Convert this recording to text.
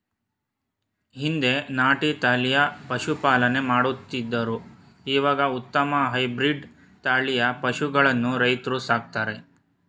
ಹಿಂದೆ ನಾಟಿ ತಳಿಯ ಪಶುಪಾಲನೆ ಮಾಡುತ್ತಿದ್ದರು ಇವಾಗ ಉತ್ತಮ ಹೈಬ್ರಿಡ್ ತಳಿಯ ಪಶುಗಳನ್ನು ರೈತ್ರು ಸಾಕ್ತರೆ